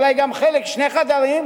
אולי גם חלק שני חדרים.